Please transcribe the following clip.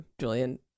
Julian